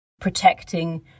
protecting